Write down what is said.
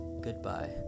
Goodbye